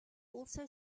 also